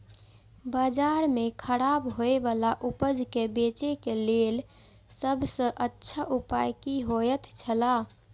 बाजार में खराब होय वाला उपज के बेचे के लेल सब सॉ अच्छा उपाय की होयत छला?